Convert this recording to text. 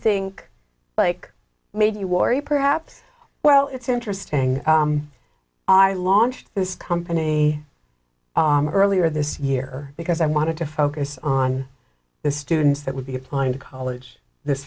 think like maybe warry perhaps well it's interesting i launched this company earlier this year because i wanted to focus on the students that would be applying to college this